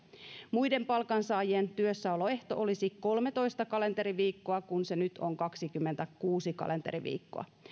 muiden palkansaajien työssäoloehto olisi kolmetoista kalenteriviikkoa kun se nyt on kaksikymmentäkuusi kalenteriviikkoa